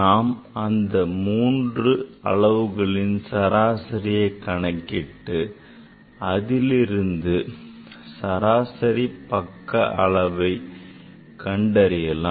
நாம் அந்த மூன்று அளவுகளில் சராசரியை கணக்கிட்டு அதில் இருந்து சராசரி பக்க அளவை கண்டறியலாம்